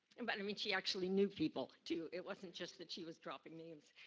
and but i mean she actually knew people too. it wasn't just that she was dropping names.